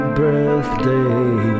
birthday